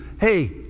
hey